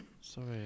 Sorry